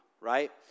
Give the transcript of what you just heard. right